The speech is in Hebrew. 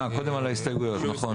קודם על ההסתייגויות, נכון.